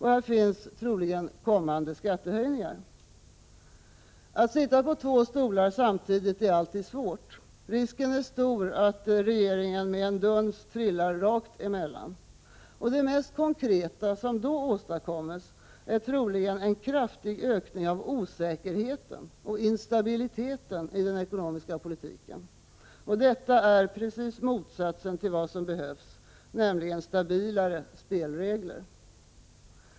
Här finns troligen kommande skattehöjningar. Att sitta på två stolar samtidigt är alltid svårt. Risken är stor att regeringen med en duns trillar rakt emellan. Det mest konkreta som då åstadkommes är troligen en kraftig ökning av osäkerheten och instabiliteten i den ekonomiska politiken. Detta är precis motsatsen till vad som behövs, nämligen stabilare spelregler.